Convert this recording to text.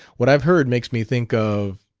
what i've heard makes me think of